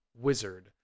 wizard